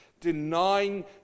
Denying